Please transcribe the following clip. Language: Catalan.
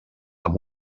amb